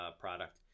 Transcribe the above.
product